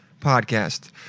podcast